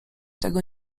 tego